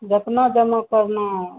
जितना जमा करना हो